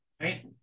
right